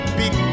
big